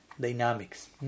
dynamics